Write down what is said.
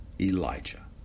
Elijah